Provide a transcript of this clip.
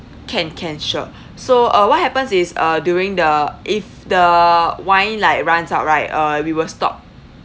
can can sure so uh what happens is uh during the if the wine like runs out right uh we will stop